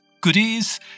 goodies